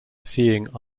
seeing